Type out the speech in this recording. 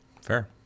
Fair